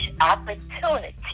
opportunity